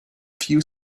few